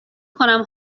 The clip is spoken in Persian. کنم